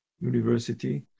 university